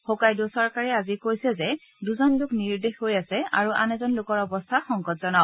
Hokkaido চৰকাৰে আজি কৈছে যে দুজন লোক নিৰুদ্দেশ হৈ আছে আৰু আন এজন লোকৰ অৱস্থা সংকটজনক